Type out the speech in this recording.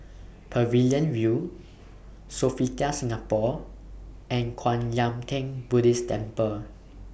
Pavilion View Sofitel Singapore and Kwan Yam Theng Buddhist Temple